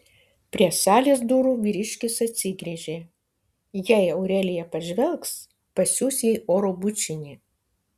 prie salės durų vyriškis atsigręžė jei aurelija pažvelgs pasiųs jai oro bučinį